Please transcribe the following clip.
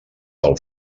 del